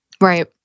Right